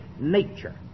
nature